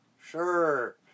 sure